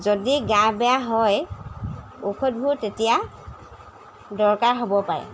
যদি গা বেয়া হয় ঔষধবোৰ তেতিয়া দৰকাৰ হ'ব পাৰে